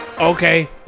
Okay